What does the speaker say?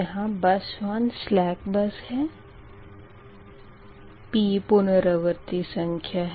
यहाँ बस 1 सलेक बस है p पुनरावर्ती संख्या है